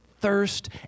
thirst